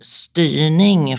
styrning